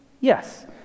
Yes